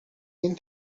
این